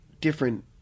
different